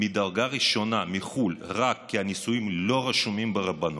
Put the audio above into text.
מדרגה ראשונה מחו"ל רק כי הנישואים לא רשומים ברבנות,